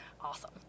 awesome